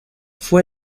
fue